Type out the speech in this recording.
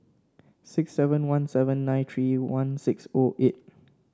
six seven one seven nine three one six O eight